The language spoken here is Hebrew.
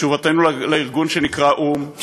תשובתנו לארגון שנקרא או"ם,